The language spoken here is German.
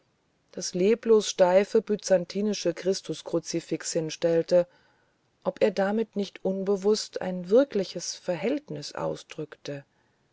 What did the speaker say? das leblos steife byzantinische christuskruzifix hinstellte ob er damit nicht unbewußt ein wirkliches verhältnis ausdrückte